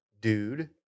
dude